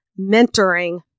mentoring